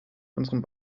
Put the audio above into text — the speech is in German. unserem